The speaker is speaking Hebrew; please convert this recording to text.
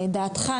את דעתך,